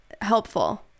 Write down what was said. helpful